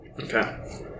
Okay